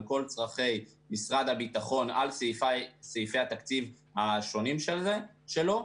על כל צרכי משרד הביטחון על סעיפי התקציב השונים שלו,